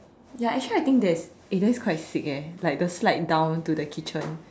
ya actually I think that's eh that's quite sick eh like the slide down to the kitchen